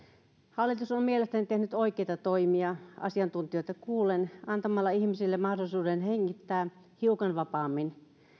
hallitus on mielestäni tehnyt oikeita toimia asiantuntijoita kuullen antamalla ihmisille mahdollisuuden hengittää hiukan vapaammin